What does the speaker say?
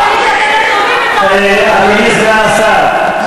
אדוני סגן השר,